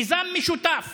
מזן משותף